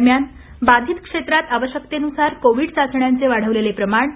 दरम्यान बाधित क्षेत्रांत आवश्यकतेनुसार कोविड चाचण्यांचे वाढवलेले प्रमाण